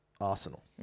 Arsenal